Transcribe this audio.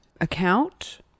account